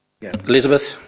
Elizabeth